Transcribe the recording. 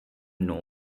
know